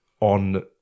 on